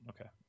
okay